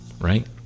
right